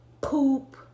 poop